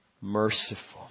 merciful